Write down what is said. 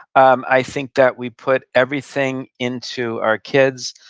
um i think that we put everything into our kids.